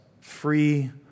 free